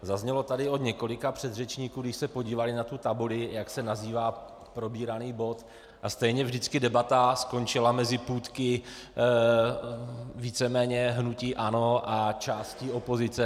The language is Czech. Zaznělo tady od několika předřečníků, když se podívali na tu tabuli, jak se nazývá probíraný bod, a stejně vždycky debata skončila mezi půtky víceméně hnutí ANO a částí opozice.